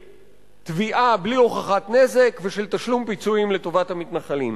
תביעה בלי הוכחת נזק ושל תשלום פיצויים לטובת המתנחלים.